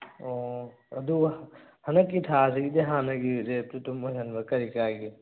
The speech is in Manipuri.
ꯑꯣ ꯑꯗꯨꯒ ꯍꯟꯗꯛꯀꯤ ꯊꯥꯁꯤꯒꯤꯗꯤ ꯍꯥꯟꯅꯒꯤ ꯔꯦꯠꯇꯨ ꯑꯗꯨꯝ ꯑꯣꯏꯍꯟꯕ ꯀꯔꯤ ꯀꯥꯏꯒꯦ